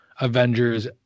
Avengers